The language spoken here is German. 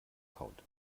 kaut